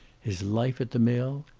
his life at the mill,